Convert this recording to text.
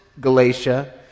Galatia